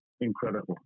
incredible